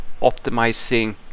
optimizing